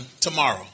tomorrow